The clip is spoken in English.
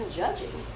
judging